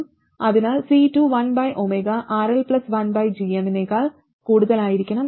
അതിനാൽ C2 1RLനേക്കാൾ കൂടുതലായിരിക്കണം